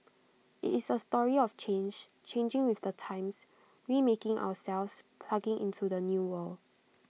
IT is A story of change changing with the times remaking ourselves plugging into the new world